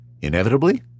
Inevitably